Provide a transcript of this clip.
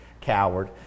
coward